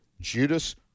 Judas